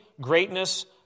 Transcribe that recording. greatness